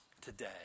today